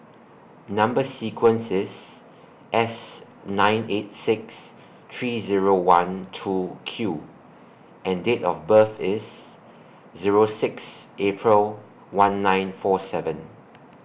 Number sequence IS S nine eight six three Zero one two Q and Date of birth IS Zero six April one nine four seven